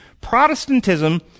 Protestantism